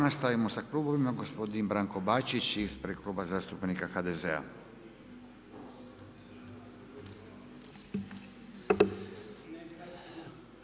Nastavljamo sa klubovima, gospodin Branko Bačić ispred Kluba zastupnika HDZ-a.